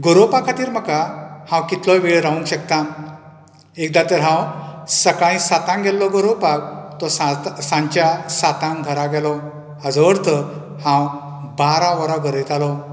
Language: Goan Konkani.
गोरोवपा खातीर म्हाका हांव कितलोय वेळ रावंक शकतां एकदां तर हांव सकाळी सातांक गेल्लो गोरोवपाक तो सात सांच्या सातांक घरा गेलो हातो अर्थ हांव बारा वरां गरयतालो